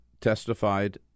testified